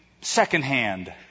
secondhand